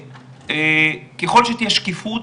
ככל שתהיה שקיפות